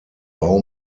bau